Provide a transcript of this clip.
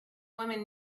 woman